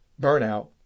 burnout